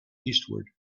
eastward